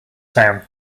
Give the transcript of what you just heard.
town